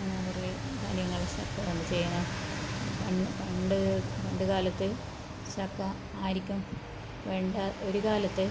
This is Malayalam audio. അങ്ങനെ കുറേ കാര്യങ്ങൾ ചക്കകൊണ്ട് ചെയ്യാം പണ്ട് പണ്ടു കാലത്ത് ചക്ക ആർക്കും വേണ്ട ഒരുകാലത്ത്